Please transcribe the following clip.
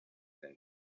said